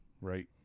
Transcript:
Right